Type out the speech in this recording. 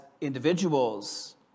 individuals